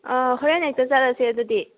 ꯑꯥ ꯍꯣꯔꯦꯟ ꯍꯦꯛꯇ ꯆꯠꯂꯁꯦ ꯑꯗꯨꯗꯤ